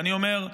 ואני אומר: